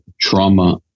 trauma